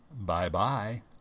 Bye-bye